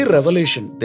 Revelation